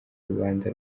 rubanza